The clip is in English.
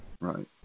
Right